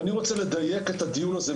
ואני רוצה לדייק את הדיון הזה,